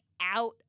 out